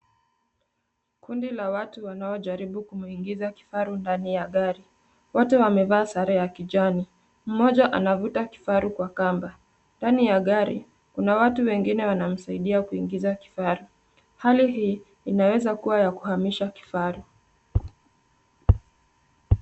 Kundi la watu wanaojaribu kumuingiza kifaru ndani ya gari. Wote wamevaa sare ya kijani, mmoja anavuta kifaru kwa kamba, ndani ya gari kuna watu wengine wanamsaidia kuingiza kifaru. Hali hii inaweza kuwa ya kuhamisha kifaru.